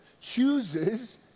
chooses